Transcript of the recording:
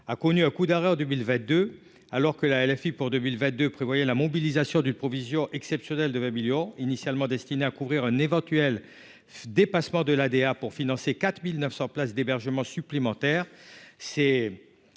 a connu un coup d'arrêt en 2022, alors que là LFI pour 2022 prévoyait la mobilisation d'une provision exceptionnelle de 20 millions initialement destiné à couvrir un éventuel dépassement de la DA pour financer 4900 places d'hébergement supplémentaires